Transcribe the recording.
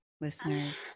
listeners